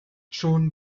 schon